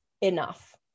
enough